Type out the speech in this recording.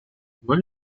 when